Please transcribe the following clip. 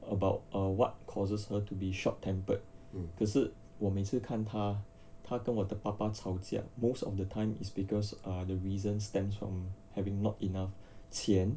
about uh what causes her to be short tempered 可是我每次看他他跟我的爸爸吵架 most of the time it's because uh the reason stems from having not enough 钱